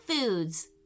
foods